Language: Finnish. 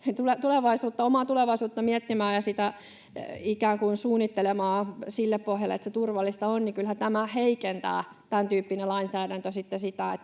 omaa tulevaisuutta miettimään ja sitä ikään kuin suunnittelemaan sille pohjalle, että se on turvallista, niin kyllähän tämäntyyppinen lainsäädäntö